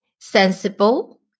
sensible